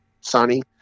sunny